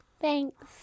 Thanks